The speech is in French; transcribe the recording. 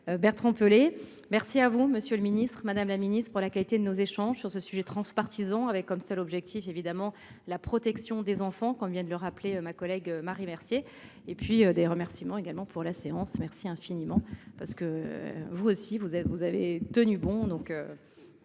Bertrand Pelé. Merci à vous Monsieur le Ministre Madame la Ministre pour la qualité de nos échanges sur ce sujet transpartisan avec comme seul objectif évidemment la protection des enfants qu'on vient de le rappeler ma collègue Marie Mercier et puis des remerciements également pour la séance. Merci infiniment, parce que vous aussi vous avez vous